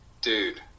dude